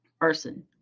arson